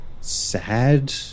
sad